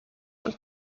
und